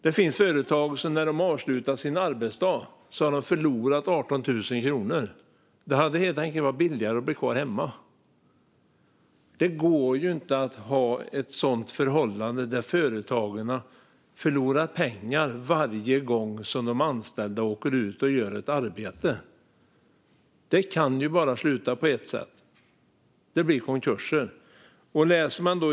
Det finns företag som vid arbetsdagens slut har förlorat 18 000 kronor. Det hade alltså varit billigare att stanna hemma. Det går inte att ha ett förhållande där företagen förlorar pengar varje gång de anställda åker ut och arbetar. Det kan bara sluta på ett sätt - med konkurser.